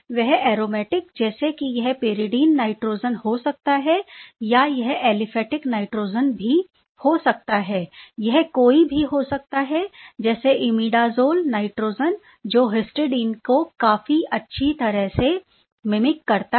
वह एरोमेटिक जैसे कि यह पाइरिडिन नाइट्रोजन हो सकता है या यह एलिफेटिक नाइट्रोजन भी हो सकता है यह कोई भी हो सकता है जैसे इमीडाजोल नाइट्रोजन जो हिस्टिडाइन को काफी अच्छी तरह से मीमीक करता है